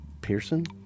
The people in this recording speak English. Pearson